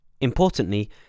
Importantly